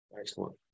Excellent